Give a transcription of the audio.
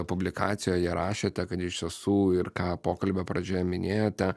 publikacijoje rašėte kad iš tiesų ir ką pokalbio pradžioje minėjote